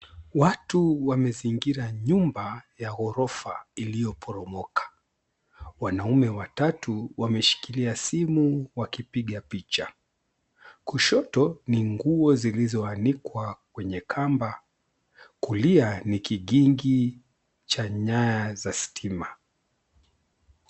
Watu wamezingira nyumba ya ghorofa iliyoporomoka. Wanaume watatu wameshikilia simu wakipiga picha. Kushoto ni nguo zilizowanikwa kwenye kamba. Kulia ni kikingi cha nyaya za stima.